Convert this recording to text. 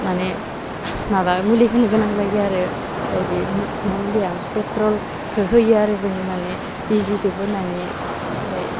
माने माबा मुलि होनो गोनां जायो आरो ओमफ्राय बे मुलिया पेट्रलखौ होयो आरो जों माने बिजिदो बोनानै ओमफ्राय